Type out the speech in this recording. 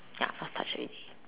ya lost touch already